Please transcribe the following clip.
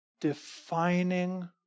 defining